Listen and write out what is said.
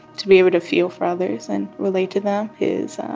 to be able to feel for others and relate to them is,